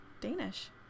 Danish